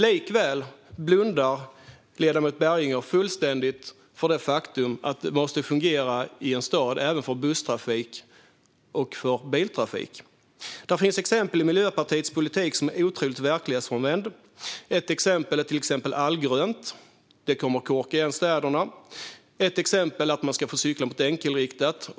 Likväl blundar ledamoten Berginger fullständigt för det faktum att det måste fungera i en stad även för busstrafik och för biltrafik. Det finns exempel i Miljöpartiets politik som är otroligt verklighetsfrånvända. Ett sådant är allgrönt, som kommer att korka igen städerna. Ett annat exempel är att cyklister skulle få cykla mot enkelriktat.